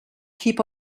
keep